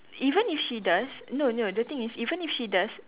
even if she does no no the thing is even if she does